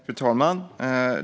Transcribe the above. Fru talman!